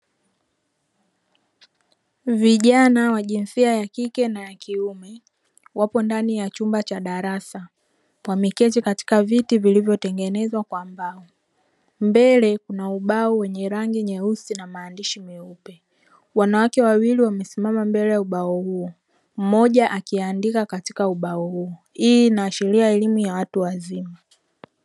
Vijana wa jinsia ya kike na ya kiume wapo ndani ya chumba cha darasa, wameketi katika viti vilivyotengenezwa kwa mbao. Mbele kuna ubao wenye rangi nyeusi na maandishi meupe. Wanawake wawili wamesimama mbele ya ubao huo; mmoja akiandika katika ubao huo. Hii inaashiria elimu ya watu wazima.